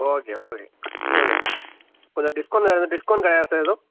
okay okay okay sir கொஞ்சம் discount ஏதாவது discount கிடையாதா சார் எதுவும்